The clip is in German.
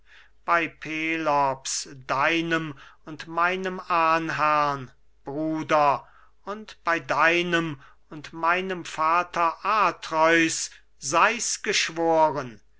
bei pelops deinem und meinem ahnherrn bruder und bei deinem und meinem vater atreus sei's geschworen